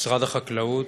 משרד החקלאות,